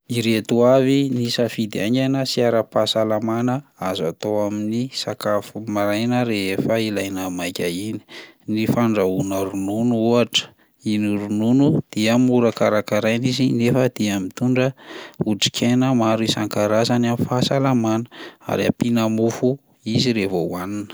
Ireto avy ny safidy haingana sy ara-pahasalamana azo atao amin'ny sakafo maraina rehefa ilaina maika iny: ny fandrahoana ronono ohatra, iny ronono dia mora karakaraina izy nefa dia mitondra otrikaina maro isan-karazany amin'ny fahasalamana ary ampiana mofo izy raha vao hohanina.